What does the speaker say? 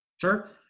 Sure